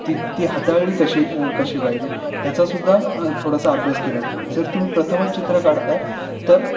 ती ती हाताळली कशी कशी पाहिजे ह्याचासुद्धा थोडासा अभ्यास केला पाहिजे जर तुम्ही प्रथमच चित्र काढत आहे तर